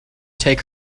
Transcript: take